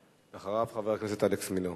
ואחריו, חבר הכנסת אלכס מילר.